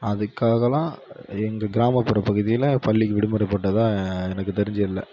அதுக்காகலாம் எங்கள் கிராமப்புற பகுதியில் பள்ளிக்கு விடுமுறை போட்டதாக எனக்குத் தெரிஞ்சி இல்லை